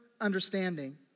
understanding